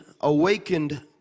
awakened